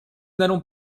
n’allons